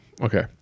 Okay